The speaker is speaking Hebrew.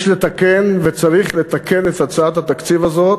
יש לתקן וצריך לתקן את הצעת התקציב הזאת